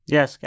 Yes